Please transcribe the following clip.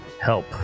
help